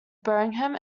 birmingham